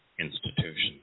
institutions